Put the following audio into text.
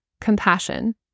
compassion